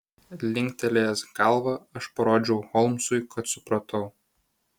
linktelėjęs galvą aš parodžiau holmsui kad supratau